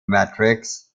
matrix